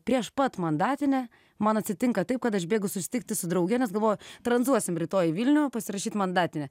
prieš pat mandatinę man atsitinka taip kad aš bėgu susitikti su drauge nes galvoju tranzuosim rytoj į vilnių pasirašyt mandatinę